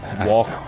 Walk